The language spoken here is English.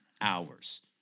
hours